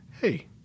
hey